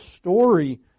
story